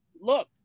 look